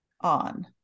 on